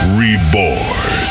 reborn